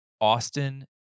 austin